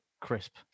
crisp